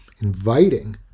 inviting